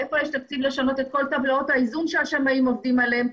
מאיפה יש תקציב לשנות את כל טבלאות האיזון שהשמאים עובדים עליהם?